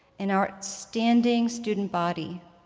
and our outstanding student body.